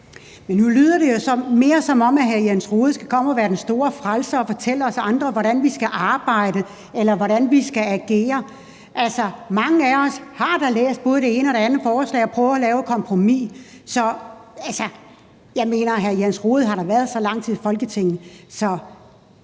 Nu lyder det jo mere, som om hr. Jens Rohde skal komme og være den store frelser og fortælle os andre, hvordan vi skal arbejde, eller hvordan vi skal agere. Mange af os har da læst både det ene og det andet forslag og prøvet at lave et kompromis. Så altså, hr. Jens Rohde har været så lang tid i Folketinget,